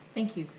thank you.